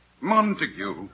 Montague